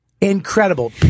incredible